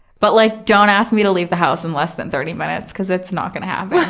but like don't ask me to leave the house in less than thirty minutes, cause it's not gonna happen.